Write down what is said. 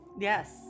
Yes